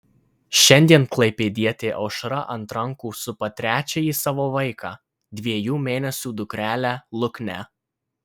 šiandien klaipėdietė aušra ant rankų supa trečiąjį savo vaiką dviejų mėnesių dukrelę luknę